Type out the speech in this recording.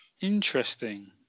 Interesting